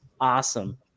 awesome